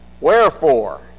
Wherefore